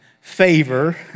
favor